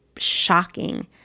shocking